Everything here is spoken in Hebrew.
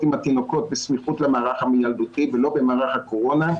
עם התינוקות בסמיכות למערך המיילדותי ולא במערך הקורונה.